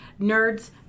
nerds